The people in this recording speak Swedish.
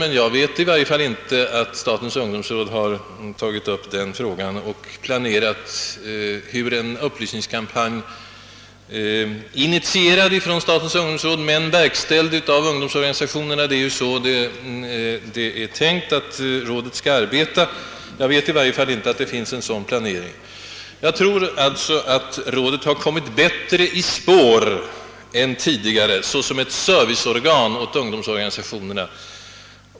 I varje fall känner jag inte till att statens ungdomsråd har tagit upp denna fråga och planerat någon upplysningskampanj, alltså initierad från statens ungdomsråd men verkställd av ungdomsorganisationerna — det är ju så det är tänkt att rådet skall arbeta. Jag tror alltså att rådet har kommit bättre i spår än tidigare såsom ett serviceorgan åt ungdomsorganisationerna.